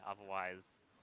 otherwise